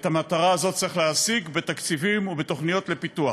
את המטרה הזאת צריך להשיג בתקציבים ובתוכניות פיתוח.